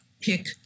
pick